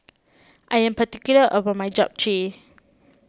I am particular about my Japchae